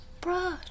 bro